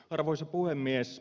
arvoisa puhemies